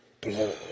blood